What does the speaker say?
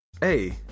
Hey